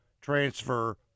transfer